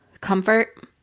comfort